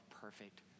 perfect